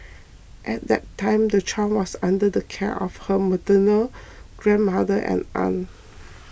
at that time the child was under the care of her maternal grandmother and aunt